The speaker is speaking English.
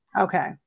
okay